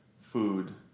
food